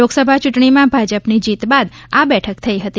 લોકસભા ચૂંટણીમાં ભાજપની જીત બાદ આ બેઠક થઈ હતી